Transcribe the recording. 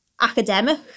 academic